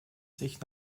sich